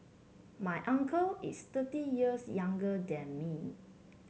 my uncle is thirty years younger than me